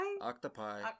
Octopi